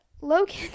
Logan